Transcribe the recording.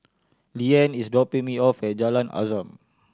Leeann is dropping me off at Jalan Azam